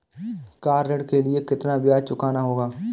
Car ऋण के लिए कितना ब्याज चुकाना होगा?